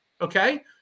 okay